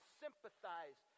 sympathize